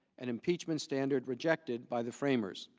and impeachment standard rejected by the framers?